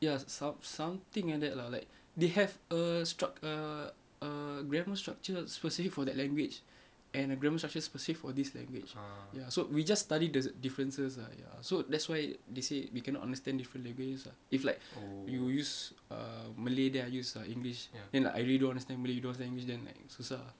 ya som~ something like that lah like they have a struc~ uh a grammar structure specific for that language and a grammar structure specific for this language ya so we just study the differences ah ya so that's why they say we cannot understand different languages ah if like you use uh malay then I use english in like I really don't understand malay you don't understand english then like susah